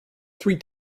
three